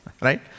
right